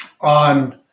on